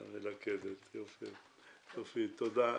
תודה.